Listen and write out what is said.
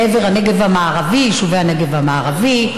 לעבר יישובי הנגב המערבי.